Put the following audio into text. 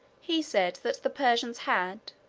he said that the persians had,